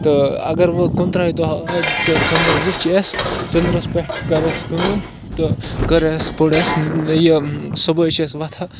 تہٕ اَگر وۄنۍ کُنہٕ تٕرٛہَے دۄہ آے نہٕ تہٕ ژٔنٛدٕر وٕچھ اَسہِ ژٔنٛدرَس پٮ۪ٹھ کَرٮ۪س کٲم تہٕ کٔرہَس پوٚر اَسہِ یہِ صُبحٲے چھِ أسۍ وۄتھان